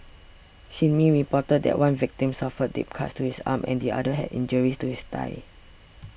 Shin Min reported that one victim suffered deep cuts to his arm and the other had injuries to his thigh